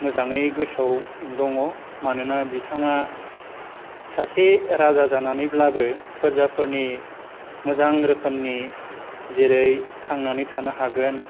मोजाङै गोसोआव दङ मानोना बिथाङा सासे राजा जानानैब्लाबो फोरजाफोरनि मोजां रोखोमनि जेरै थांनानै थानो हागोन